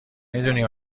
میدونی